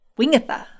Wingatha